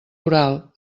oral